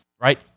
right